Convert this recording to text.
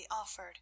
offered